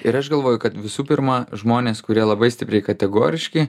ir aš galvoju kad visų pirma žmonės kurie labai stipriai kategoriški